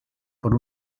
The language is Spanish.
por